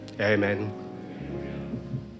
Amen